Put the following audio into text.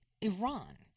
Iran